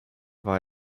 war